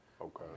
Okay